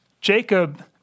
Jacob